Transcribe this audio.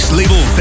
label